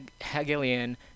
Hegelian